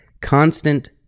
constant